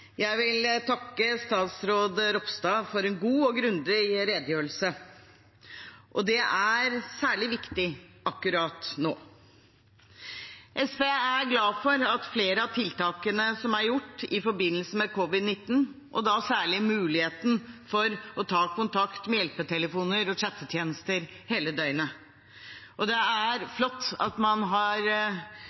Jeg vil takke statsråd Ropstad for en god og grundig redegjørelse. Det er særlig viktig akkurat nå. SV er glad for flere av tiltakene som er gjort i forbindelse med covid-19, og da særlig muligheten for å ta kontakt med hjelpetelefoner og chattetjenester hele døgnet. Det er flott at man har